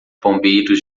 bombeiros